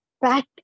back